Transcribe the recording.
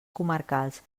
comarcals